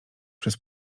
przez